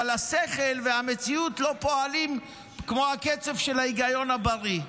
אבל השכל והמציאות לא פועלים כמו הקצב של ההיגיון הבריא.